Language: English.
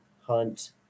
Hunt